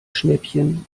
schnäppchen